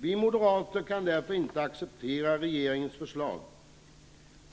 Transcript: Vi moderater kan därför inte acceptera regeringens förslag.